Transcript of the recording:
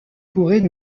pourraient